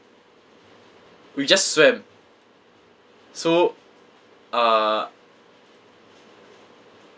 we just swam so uh